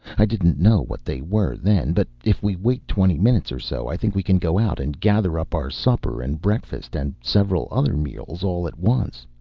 i didn't know what they were then, but if we wait twenty minutes or so i think we can go out and gather up our supper and breakfast and several other meals, all at once.